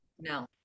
no